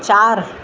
चार